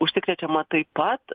užsikrečiama taip pat